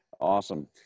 Awesome